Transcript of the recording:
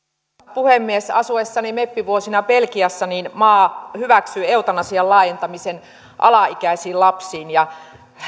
puhemies asuessani meppivuosina belgiassa maa hyväksyi eutanasian laajentamisen alaikäisiin lapsiin ja